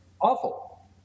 awful